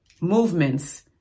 movements